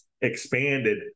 expanded